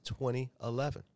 2011